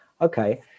okay